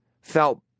felt